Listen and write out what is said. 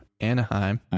Anaheim